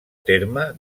terme